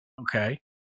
Okay